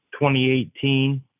2018